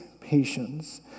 patience